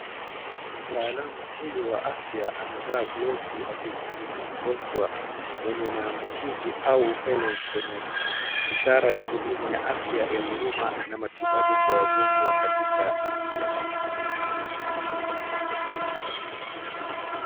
Mtaalamu huyu wa afya amevaa glovu akimhudumia mgonjwa mwenye maambukizi au upele mikononi. Ishara ya huduma ya afya ya huruma na matibabu kwa wagonjwa katika jamii.